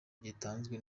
gitanzwe